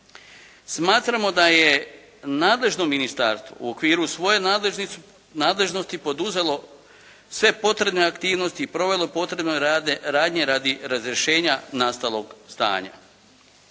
Smatramo da je nadležno ministarstvo u okviru svoje nadležnosti poduzelo sve potrebne aktivnosti i provelo potrebne radnje radi razrješenja nastalog stanja.